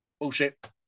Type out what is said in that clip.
Bullshit